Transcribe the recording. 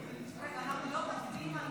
רגע, אנחנו לא מצביעים על חוק?